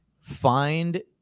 Find